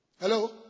Hello